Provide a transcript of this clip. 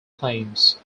claims